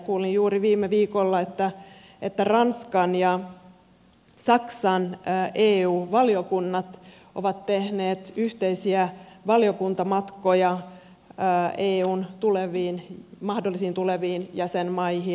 kuulin juuri viime viikolla että ranskan ja saksan eu valiokunnat ovat tehneet yhteisiä valiokuntamatkoja eun mahdollisiin tuleviin jäsenmaihin